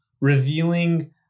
revealing